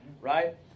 Right